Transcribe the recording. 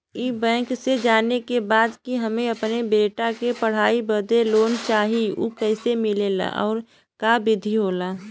ई बैंक से जाने के बा की हमे अपने बेटा के पढ़ाई बदे लोन चाही ऊ कैसे मिलेला और का विधि होला?